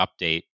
update